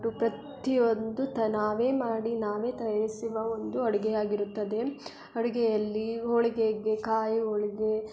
ಪ್ರತಿಯೊಂದು ತ ನಾವೇ ಮಾಡಿ ನಾವೇ ತಯಿಸುವ ಒಂದು ಅಡುಗೆ ಆಗಿರುತ್ತದೆ ಅಡುಗೆಯಲ್ಲಿ ಹೋಳಿಗೆಗೆ ಕಾಯಿ ಹೋಳ್ಗೆ